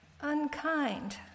unkind